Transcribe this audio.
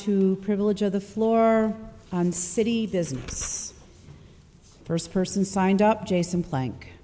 to privilege of the floor on city business first person signed up jason plank